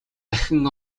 дахин